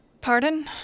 Pardon